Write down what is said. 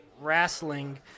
wrestling